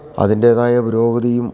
അതിൻ്റേതായ പുരോഗതിയും